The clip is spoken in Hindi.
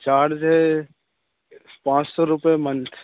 चार्ज है पाँच सौ रुपये मंथ